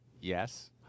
Yes